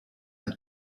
and